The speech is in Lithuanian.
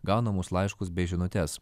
gaunamus laiškus bei žinutes